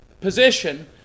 position